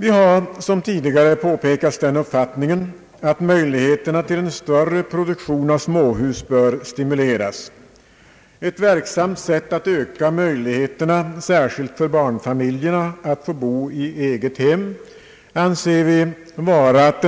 Vi har, som tidigare påpekats, den uppfattningen att möjligheterna till större produktion av småhus bör stimuleras, Ett verksamt sätt att öka möjligheterna, särskilt för barnfamiljerna, att få bo i eget hem anser vi vara att